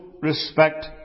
Respect